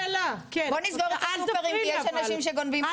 בוא נסגור את הסופרים כי יש אנשים שגונבים מהסופר.